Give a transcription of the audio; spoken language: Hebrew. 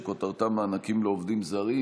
שכותרתה מענקים לעובדים זרים.